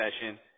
session